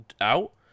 out